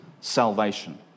salvation